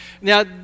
Now